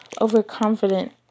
overconfident